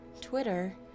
twitter